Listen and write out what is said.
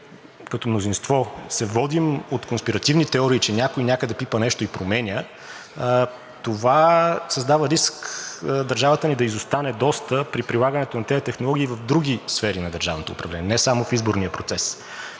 като мнозинство се водим от конспиративни теории, че някой някъде пипа нещо и променя, това създава риск държавата ни да изостане доста при прилагането на тези технологии в други сфери на държавното управление, а не само в изборния процес.